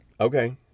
okay